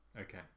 Okay